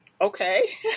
Okay